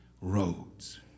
roads